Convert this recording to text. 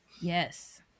Yes